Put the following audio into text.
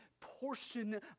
portion